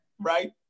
right